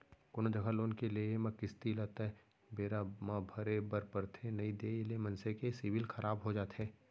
कोनो जघा लोन के लेए म किस्ती ल तय बेरा म भरे बर परथे नइ देय ले मनसे के सिविल खराब हो जाथे